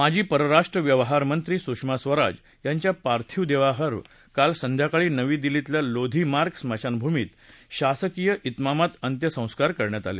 माजी परराष्ट्र व्यवहार मंत्री सुषमा स्वराज यांच्या पार्थिव देहावर काल संध्याकाळी नवी दिल्लीतल्या लोधी मार्ग स्मशानभूमीत शासकीय विमामात अंत्यसंस्कार करण्यात आले